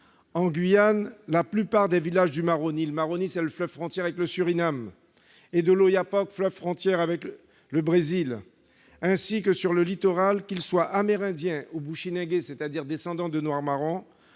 En Guyane, dans la plupart des villages riverains du Maroni, le fleuve frontière avec le Suriname, et de l'Oyapock, le fleuve frontière avec le Brésil, ainsi que sur le littoral, qu'ils soient amérindiens ou bushinengués, c'est-à-dire descendants de noirs marrons,